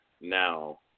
now